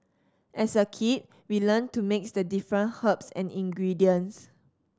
as a kid we learnt to mix the different herbs and ingredients